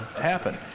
happen